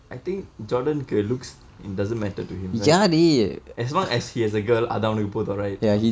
I think jordan looks it doesn't matter to him right as long as he has a girl அது அவனுக்கு போதும்:athu avanukku poothum right